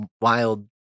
wild